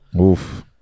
Oof